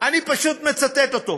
אני פשוט מצטט אותו,